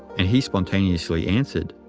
and he spontaneously answered,